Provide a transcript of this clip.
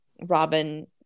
robin